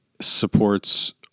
supports